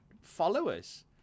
followers